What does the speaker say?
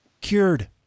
cured